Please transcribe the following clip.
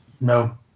No